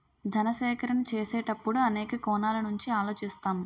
ధన సేకరణ చేసేటప్పుడు అనేక కోణాల నుంచి ఆలోచిస్తాం